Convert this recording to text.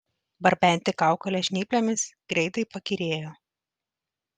barbenti kaukolę žnyplėmis greitai pakyrėjo